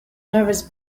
nervous